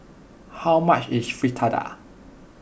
how much is Fritada